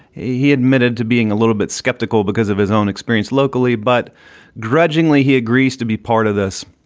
he admitted to being a little bit skeptical because of his own experience locally but grudgingly, he agrees to be part of this.